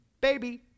Baby